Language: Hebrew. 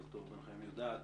ד"ר בן מנחם יודעת,